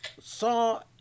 saw